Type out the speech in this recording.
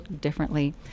differently